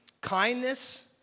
Kindness